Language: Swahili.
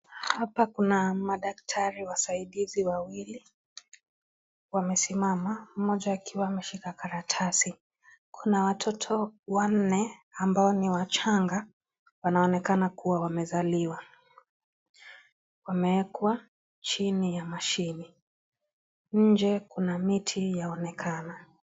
Hapa kuna madaktari wasaidizi wawili. Wamesimama, mmoja akiwa ameshika karatasi. Kuna watoto wanne ambao ni wachanga, wanaoneka kuwa wamezaliwa. Wamewekwa chini ya mashini. Nje, kuna miti yanayoonekana.